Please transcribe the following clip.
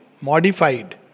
modified